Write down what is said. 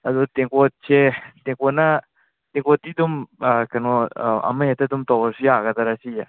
ꯑꯗꯨꯒ ꯇꯦꯡꯀꯣꯠꯁꯦ ꯇꯦꯡꯀꯣꯠꯅ ꯇꯦꯡꯀꯣꯠꯇꯤ ꯑꯗꯨꯝ ꯀꯩꯅꯣ ꯑꯃꯍꯦꯛꯇ ꯑꯗꯨꯝ ꯇꯧꯔꯁꯨ ꯌꯥꯒꯗꯔꯥ ꯁꯤꯁꯦ